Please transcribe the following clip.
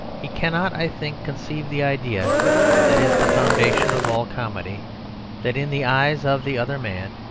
he cannot, i think, conceive the idea that is the foundation of all comedy that, in the eyes of the other man,